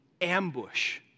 ambush